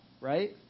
right